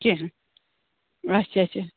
کیٚنٛہہ اچھا اچھا